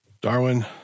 Darwin